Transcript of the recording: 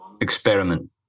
experiment